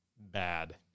bad